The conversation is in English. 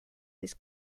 this